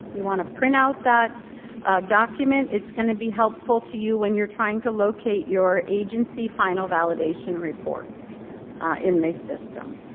you want to print out that document. it's going to be helpful to you when you're trying to locate your agency final validation reports in the system.